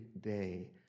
day